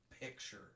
Picture